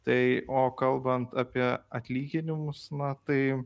tai o kalbant apie atlyginimus na tai